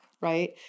right